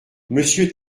monsieur